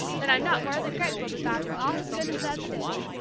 that i'm not more than grateful to god for all his goodness, as it is!